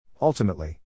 Ultimately